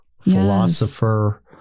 philosopher